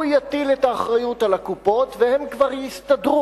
הוא יטיל את האחריות על הקופות בתקווה שהן כבר יסתדרו,